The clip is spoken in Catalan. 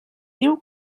diu